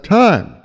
time